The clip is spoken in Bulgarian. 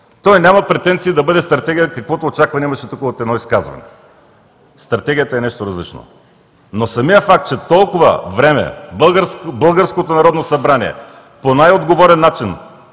Той няма претенции да бъде стратегия, каквото очакване имаше тук от едно изказване. Стратегията е нещо различно. Самият факт, че толкова време българското Народно събрание по най-отговорен начин